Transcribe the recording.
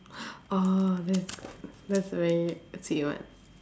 orh that's good that's very sweet one